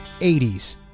80s